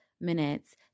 minutes